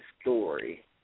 story